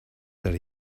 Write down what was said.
that